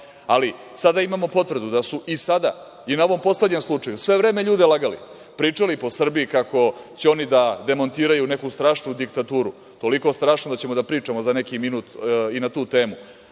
lažu. Sada imamo potvrdu da su i sada na ovom poslednjem slučaju sve vreme ljude lagali, pričali po Srbiji kako će oni da demontiraju neku strašnu diktaturu, toliko strašnu da ćemo da pričamo za neki minut i na tu temu,